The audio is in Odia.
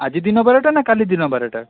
ଆଜି ଦିନ ବାରଟା ନା କାଲି ଦିନ ବାରଟା